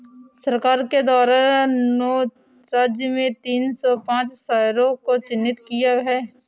सरकार के द्वारा नौ राज्य में तीन सौ पांच शहरों को चिह्नित किया है